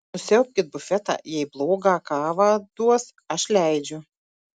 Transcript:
nusiaubkit bufetą jei blogą kavą duos aš leidžiu